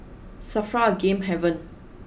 Safra a game haven